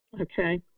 Okay